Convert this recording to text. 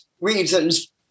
reasons